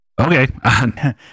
okay